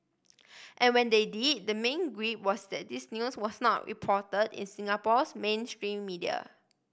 and when they did the main gripe was that this news was not report in Singapore's mainstream media